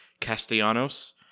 Castellanos